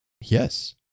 Yes